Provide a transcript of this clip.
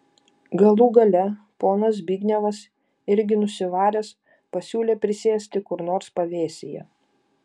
galų gale ponas zbignevas irgi nusivaręs pasiūlė prisėsti kur nors pavėsyje